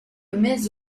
mes